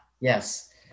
yes